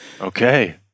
okay